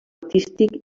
artístic